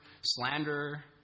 slanderer